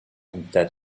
instead